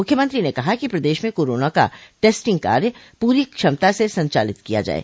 मुख्यमंत्री ने कहा कि प्रदेश में कोरोना का टेस्टिंग कार्य पूरी क्षमता से संचालित किया जाये